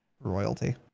Royalty